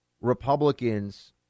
Republicans